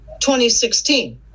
2016